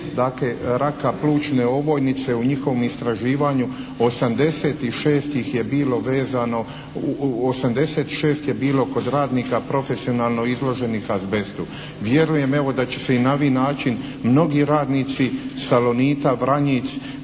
raka plućne ovojnice u njihovom istraživanju 86 ih je bilo vezano, 86 je bilo kod radnika profesionalno izloženih azbestu. Vjerujem evo da će se i na ovaj način mnogi radnici “Salonita“ Vranjić